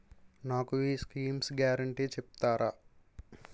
నాకు ఈ schemes guarantee చెప్తారా?